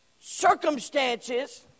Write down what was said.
circumstances